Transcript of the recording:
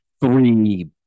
three